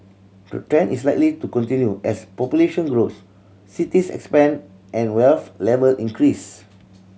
the trend is likely to continue as population growth cities expand and wealth level increase